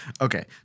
Okay